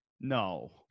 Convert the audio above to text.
No